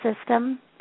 system